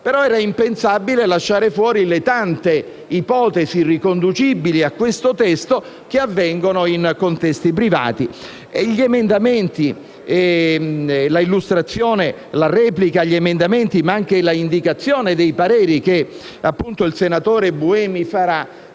ma era impensabile lasciare fuori le tante ipotesi riconducibili a questo testo che avvengono in contesti privati. La illustrazione e la replica agli emendamenti, ma anche l'espressione dei pareri che il relatore Buemi farà